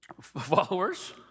Followers